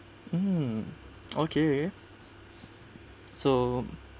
mm okay okay so